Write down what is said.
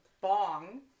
bong